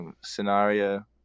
scenario